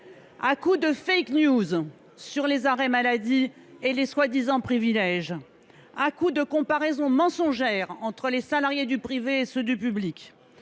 À coups de sur les arrêts maladie et les prétendus privilèges, à coups de comparaisons mensongères entre les salariés du privé et ceux du public,